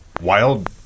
wild